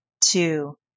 two